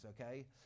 okay